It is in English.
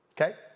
okay